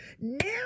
Now